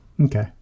Okay